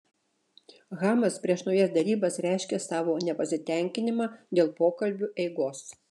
hamas prieš naujas derybas reiškė savo nepasitenkinimą dėl pokalbių eigos